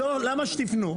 למה שתפנו?